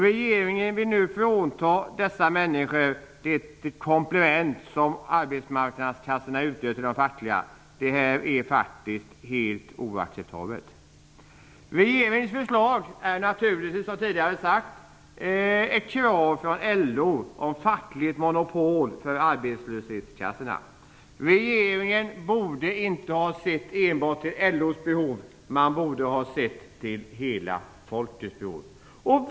Regeringen vill nu frånta dessa människor det komplement som de statliga arbetslöshetskassorna utgör till de fackliga. Det är faktiskt oacceptabelt. Regeringens förslag bygger naturligtvis, vilket tidigare har sagts, på ett krav från LO om fackligt monopol för arbetslöshetskassorna. Regeringen borde inte ha sett enbart till LO:s behov. Man borde ha sett till hela folkets behov.